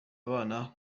abana